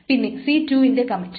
പിന്നെ c 2 വിന്റെ commit